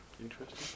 Interesting